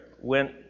went